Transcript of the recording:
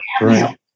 Right